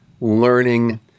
learning